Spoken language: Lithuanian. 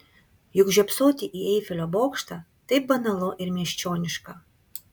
juk žiopsoti į eifelio bokštą taip banalu ir miesčioniška